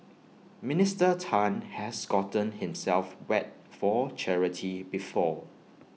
Minister Tan has gotten himself wet for charity before